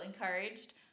encouraged